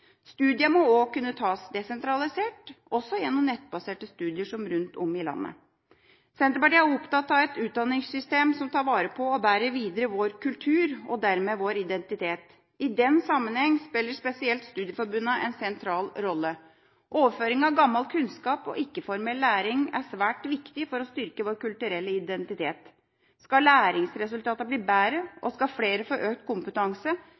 Studiene må også kunne tas desentralisert, også gjennom nettbaserte studier rundt om i landet. Senterpartiet er opptatt av et utdanningssystem som tar vare på og bærer videre vår kultur og dermed vår identitet. I den sammenheng spiller spesielt studieforbundene en sentral rolle. Overføring av gammel kunnskap og ikke-formell læring er svært viktig for å styrke vår kulturelle identitet. Skal læringsresultatene bli bedre og skal flere få økt kompetanse,